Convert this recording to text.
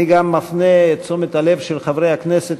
אני גם מפנה את תשומת הלב של חברי הכנסת